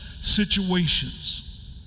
situations